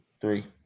Three